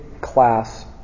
class